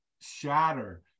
shatter